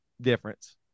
difference